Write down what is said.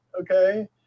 okay